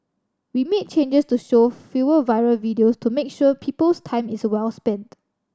we made changes to show fewer viral videos to make sure people's time is well spent